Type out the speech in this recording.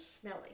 smelly